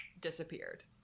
disappeared